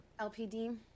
LPD